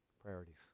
Priorities